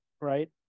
right